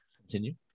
Continue